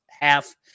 half